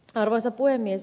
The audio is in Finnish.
arvoisa puhemies